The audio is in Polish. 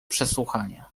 przesłuchania